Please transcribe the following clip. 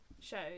shows